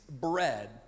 bread